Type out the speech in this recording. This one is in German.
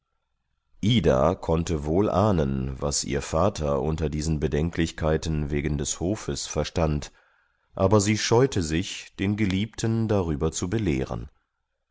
ida konnte wohl ahnen was ihr vater unter diesen bedenklichkeiten wegen des hofes verstand aber sie scheute sich den geliebten darüber zu belehren